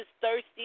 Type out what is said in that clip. thirsty